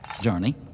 Journey